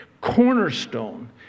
cornerstone